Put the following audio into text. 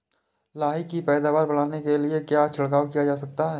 लाही की पैदावार बढ़ाने के लिए क्या छिड़काव किया जा सकता है?